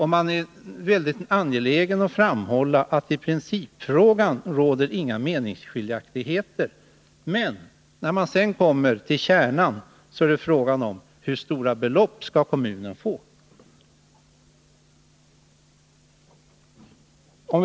Man är väldigt angelägen om att framhålla att det i principfrågan inte råder några meningsskiljaktigheter. Men när det sedan kommer till kärnan är det fråga om hur stora belopp kommunen skall få.